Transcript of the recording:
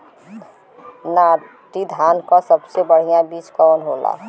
नाटी धान क सबसे बढ़िया बीज कवन होला?